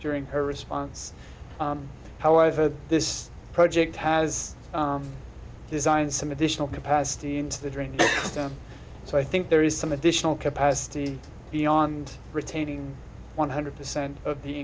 during her response however this project has designed some additional capacity into the drain so i think there is some additional capacity beyond retaining one hundred percent of the